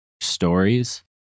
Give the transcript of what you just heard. stories